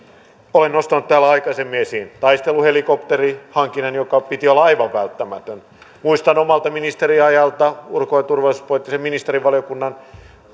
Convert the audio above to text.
olen nostanut täällä aikaisemmin esiin taisteluhelikopterihankinnan jonka piti olla aivan välttämätön muistan omalta ministeriajaltani ulko ja turvallisuuspoliittisen ministerivaliokunnan